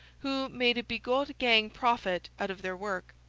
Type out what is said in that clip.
who made a bigot-gang profit out of their work.